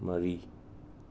ꯃꯔꯤ